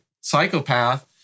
psychopath